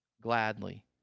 gladly